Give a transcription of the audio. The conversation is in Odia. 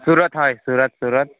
ସୁରତ୍ ହଏ ସୁରତ୍ ସୁରତ୍